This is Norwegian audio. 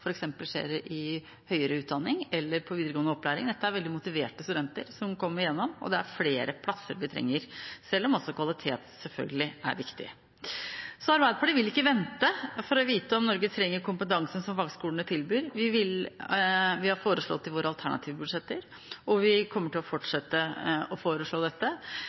i høyere utdanning eller på videregående opplæring. Dette er veldig motiverte studenter som kommer igjennom, og vi trenger flere plasser, selv om også kvalitet selvfølgelig er viktig. Arbeiderpartiet vil ikke vente for å vite når vi trenger kompetansen som fagskolene tilbyr. Vi har foreslått dette i våre alternative budsjetter, og vi kommer til å fortsette å foreslå det. Gode ord til tross: Skal dette